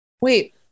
Wait